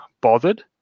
bothered